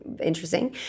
interesting